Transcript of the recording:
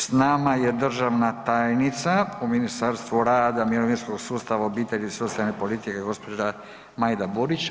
S nama je državna tajnica u Ministarstvo rada i mirovinskog sustava, obitelji i socijalne politike, gđa. Majda Burić.